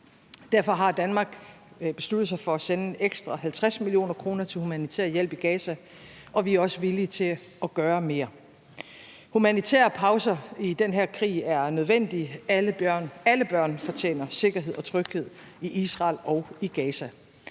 Derfor har Danmark besluttet sig for at sende ekstra 50 mio. kr. til humanitær hjælp i Gaza, og vi er også villige til at gøre mere. Humanitære pauser i den her krig er nødvendige. Alle børn fortjener sikkerhed og tryghed i Israel og i Gaza.